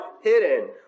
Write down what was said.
hidden